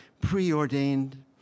preordained